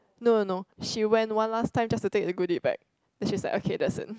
no no no she went one last time just to take the goodie bag then she's like okay that's it